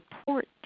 support